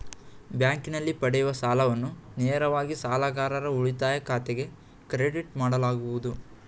ಬ್ಯಾಂಕಿನಲ್ಲಿ ಪಡೆಯುವ ಸಾಲವನ್ನು ನೇರವಾಗಿ ಸಾಲಗಾರರ ಉಳಿತಾಯ ಖಾತೆಗೆ ಕ್ರೆಡಿಟ್ ಮಾಡಲಾಗುವುದು